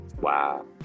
Wow